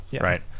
right